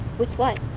with what?